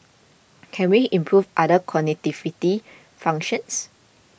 can we improve other cognitive functions